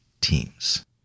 teams